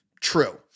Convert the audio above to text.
true